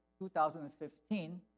2015